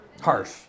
harsh